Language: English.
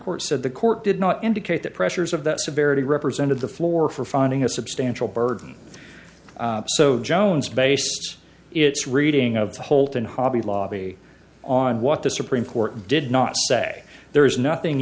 court said the court did not indicate that pressures of that severity represented the floor for finding a substantial burden so jones base its reading of the holton hobby lobby on what the supreme court did not say there is nothing